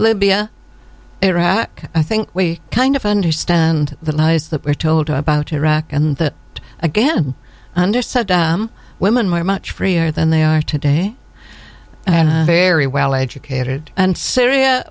libya iraq i think we kind of understand the lies that were told to about iraq and again under saddam women were much freer than they are today and very well educated and syria